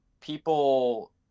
people